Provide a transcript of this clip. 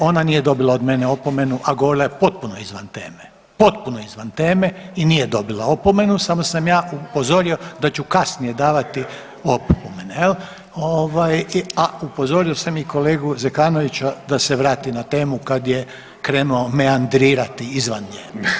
Ovaj, ona nije dobila od mene opomenu, a govorila je potpuno izvan teme, potpuno izvan teme i nije dobila opomenu, samo sam ja upozorio da ću kasnije davati opomene jel ovaj, a upozorio sam i kolegu Zekanovića da se vrati na temu kad je krenuo meandrirati izvan nje.